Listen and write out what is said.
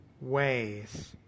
ways